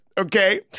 Okay